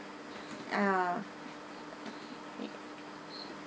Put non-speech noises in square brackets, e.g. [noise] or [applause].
ah [noise]